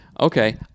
okay